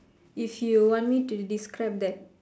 if you want me to describe that